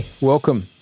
welcome